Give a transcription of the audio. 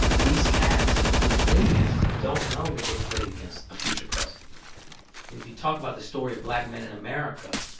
these cats who played against him don't know that they played against a future president. and if you talk about the story of black men in america,